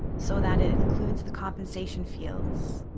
so that it includes the compensation fields.